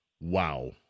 Wow